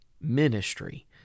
ministry